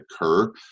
occur